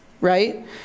right